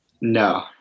No